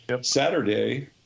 saturday